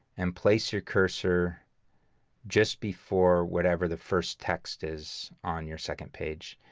and place your cursor just before whatever the first text is on your second page.